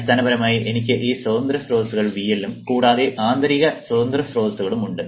അടിസ്ഥാനപരമായി എനിക്ക് ഈ സ്വതന്ത്ര സ്രോതസ്സുകൾ VL ഉം കൂടാതെ ആന്തരിക സ്വതന്ത്ര സ്രോതസ്സുകളും ഉണ്ട്